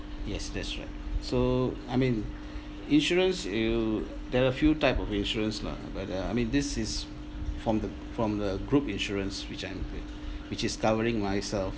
yes that's right so I mean insurance you there are a few type of insurance lah but uh I mean this is from the from the group insurance which I'm which is covering myself